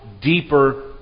deeper